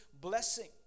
blessing